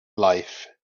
life